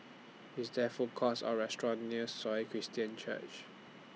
IS There Food Courts Or restaurants near Sion Christian Church